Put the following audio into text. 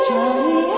Johnny